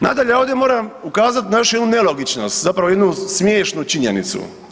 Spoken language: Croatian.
Nadalje ovdje moram ukazati na još jednu nelogičnost, zapravo jednu smiješnu činjenicu.